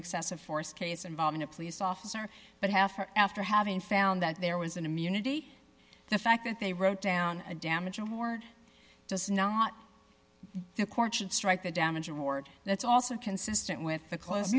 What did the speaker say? excessive force case involving a police officer but half after having found that there was an immunity the fact that they wrote down a damage award does not the court should strike the damage award that's also consistent with the cl